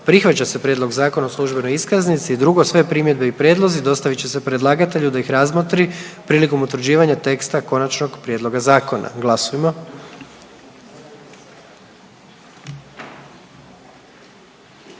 Prihvaća se prijedlog Zakona o hrani i 2. Sve primjedbe i prijedlozi dostavit će se predlagatelju da ih razmotri prilikom utvrđivanja teksta konačnog prijedloga zakona, molim glasujmo.